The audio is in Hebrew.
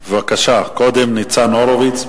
בבקשה, קודם ניצן הורוביץ,